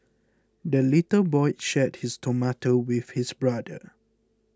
the little boy shared his tomato with his brother